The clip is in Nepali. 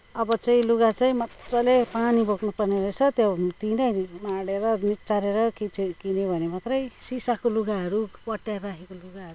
अब चाहिँ लुगा चाहिँ मजाले पानी बोक्नुपर्ने रहेछ त्यो ती नै माडेर निचारेर कि चाहिँ किन्यो भने मात्रै सिसाको लुगाहरू पट्याएर राखेको लुगाहरू